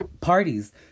Parties